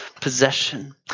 possession